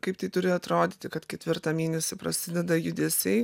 kaip tai turi atrodyti kad ketvirtą mėnesį prasideda judesiai